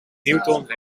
newton